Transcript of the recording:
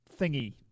thingy